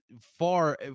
far